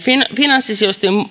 finanssisijoituksen